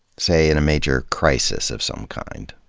say, in a major crisis of some kind.